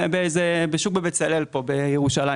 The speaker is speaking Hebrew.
בשוק בבצלאל פה בירושלים,